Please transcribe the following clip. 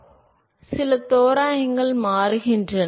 மாணவர் எப்படி வெளியேறுவீர்கள் சில தோராயங்கள் மாறுகின்றன